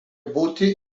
būti